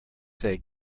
say